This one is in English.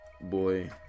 boy